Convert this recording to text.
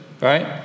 right